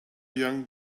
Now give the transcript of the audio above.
young